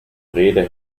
rede